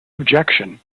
objection